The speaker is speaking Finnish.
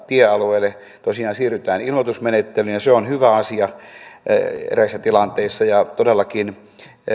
tiealueille tosiaan siirrytään ilmoitusmenettelyyn se on hyvä asia eräissä tilanteissa ja todellakin